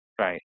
right